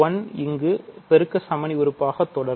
1 இங்கு பெருக்கசமணி உறுப்பாக தொடரும்